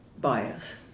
bias